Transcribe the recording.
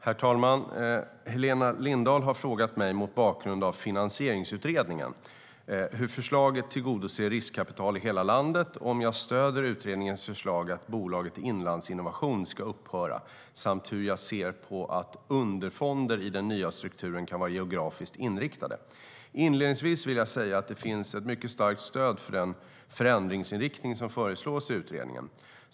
Herr talman! Helena Lindahl har frågat mig, mot bakgrund av Finansieringsutredningens förslag, hur detta tillgodoser riskkapital i hela landet och om jag stöder utredningens förslag att bolaget Inlandsinnovation ska upphöra samt hur jag ser på att underfonder i den nya strukturen kan vara geografiskt inriktade. Inledningsvis vill jag säga att det finns ett mycket starkt stöd för den förändringsinriktning som föreslås i utredningen.